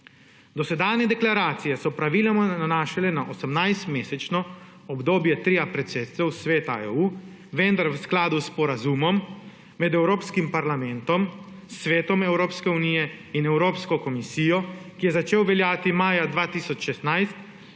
Dosedanje deklaracije so se praviloma nanašale na 18-mesečno obdobje tria predsedstva Svetu EU, vendar so v skladu s sporazumom med Evropskim parlamentom, Svetom Evropske unije in Evropsko komisijo, ki je začel veljati maja 2016,